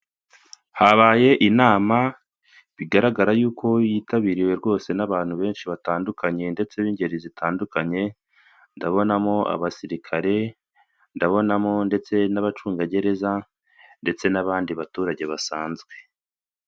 Habaye inama bigaragara y'uko yitabiriwe rwose n'abantu benshi batandukanye ndetse b'ingeri zitandukanye, ndabonamo abasirikare, ndabonamo ndetse n'abacungagereza ndetse n'abandi baturage basanzwe.